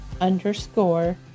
underscore